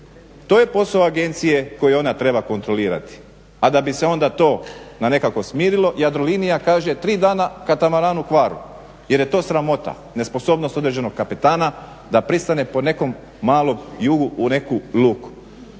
To je posao agencije koji ona treba kontrolirati, a da bi se onda to na nekako smirilo, Jadrolinija kaže 3 dana katamaran u kvaru jer je to sramota, nesposobnost određenog kapetana da pristane po nekom malom jugu u neku luku.